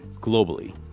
globally